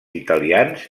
italians